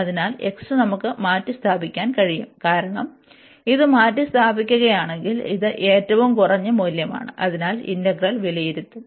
അതിനാൽ x നമുക്ക് മാറ്റിസ്ഥാപിക്കാൻ കഴിയുo കാരണം ഇത് മാറ്റിസ്ഥാപിക്കുകയാണെങ്കിൽ ഇത് ഏറ്റവും കുറഞ്ഞ മൂല്യമാണ് അതിനാൽ ഇന്റഗ്രൽ വലുതായിരിക്കും